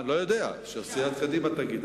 אני לא יודע, שסיעת קדימה תגיד.